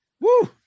Woo